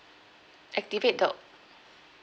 activate the